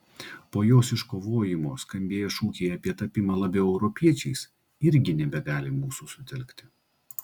po jos iškovojimo skambėję šūkiai apie tapimą labiau europiečiais irgi nebegali mūsų sutelkti